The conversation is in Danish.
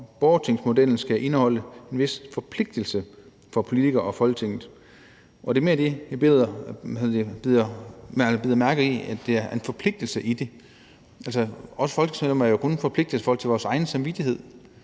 at borgertingsmodellen skal indeholde en vis forpligtelse for politikere og Folketinget. Det er mere det, jeg bider mærke i – altså at der er en forpligtelse i det. Vi folketingsmedlemmer er jo kun forpligtet i forhold til vores egen samvittighed.